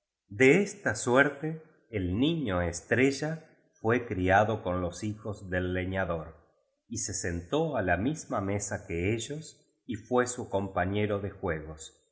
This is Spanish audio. de esta suerte el niño estrella fue criado con los hijos del leñador y se sentó á la misma mesa que ellos y fué su com pañero de juegos y